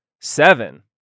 Seven